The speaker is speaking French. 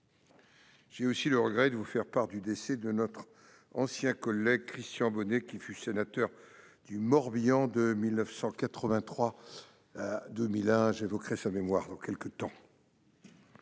J'ai aussi le regret de vous faire part du décès de notre ancien collègue Christian Bonnet, qui fut sénateur du Morbihan de 1983 à 2001. J'évoquerai sa mémoire dans quelque temps.